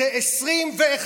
לכ-21%.